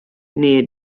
near